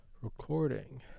recording